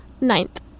Ninth